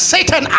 Satan